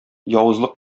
явызлык